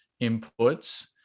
inputs